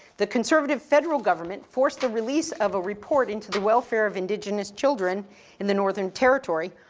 the conservative federal government forced the release of a report into the welfare of indigenous children in the northern territory.